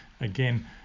again